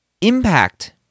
impact